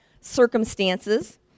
circumstances